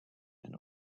and